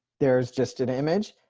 there's just an image,